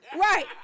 Right